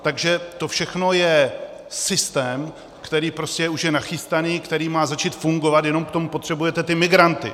Takže to všechno je systém, který je už nachystaný, který má začít fungovat, jenom k tomu potřebujete ty migranty.